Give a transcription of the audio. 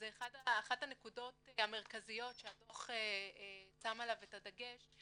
זו אחת הנקודות המרכזיות שהדו"ח שם עליו את הדגש,